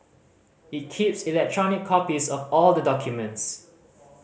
it keeps electronic copies of all the documents